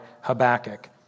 Habakkuk